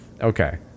okay